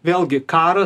vėlgi karas